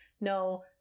no